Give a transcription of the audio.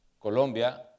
Colombia